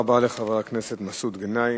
תודה רבה לחבר הכנסת מסעוד גנאים.